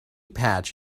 patch